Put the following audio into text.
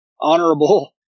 honorable